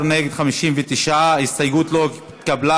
בעד, 16, נגד, 59. ההסתייגות לא נתקבלה.